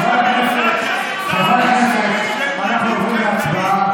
קטי, חברי הכנסת, אנחנו עוברים להצבעה.